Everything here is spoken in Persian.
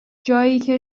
جاییکه